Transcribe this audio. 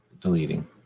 deleting